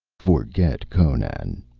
forget conan,